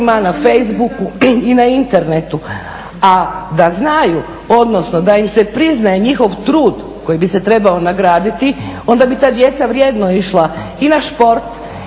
na Facebooku i na internetu. A da znaju, odnosno da im se priznaje njihov trud koji bi se trebao nagraditi onda bi ta djeca vrijedno išla i na šport